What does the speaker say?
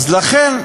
אז לכן,